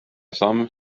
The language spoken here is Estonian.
samm